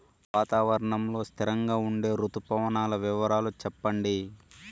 వాతావరణం లో స్థిరంగా ఉండే రుతు పవనాల వివరాలు చెప్పండి?